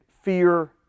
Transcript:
fear